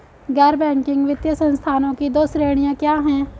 गैर बैंकिंग वित्तीय संस्थानों की दो श्रेणियाँ क्या हैं?